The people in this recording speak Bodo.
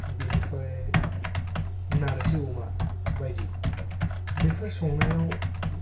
बेनिफ्राय नारजि अमा बायदि बेफोर संनायाव